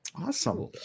Awesome